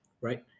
right